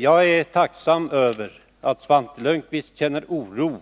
Jag är tacksam för att Svante Lundkvist känner oro